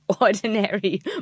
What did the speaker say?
ordinary